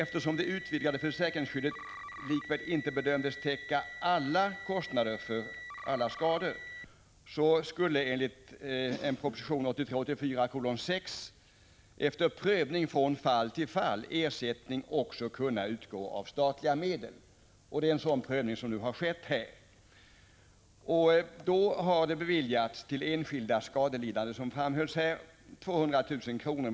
Eftersom det utvidgade försäkringsskyddet likväl inte bedömdes täcka alla kostnader för alla skador, skulle enligt proposition 1984/85:6 efter prövning från fall till fall ersättning också kunna utgå av statliga medel. Det är en sådan prövning som nu har skett. Som framhölls har det då till enskilda skadelidande beviljats 200 000 kr.